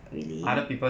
really